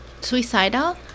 suicidal